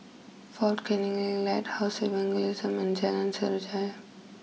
Fort Canning Link Lighthouse Evangelism and Jalan Sejarah